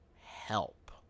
help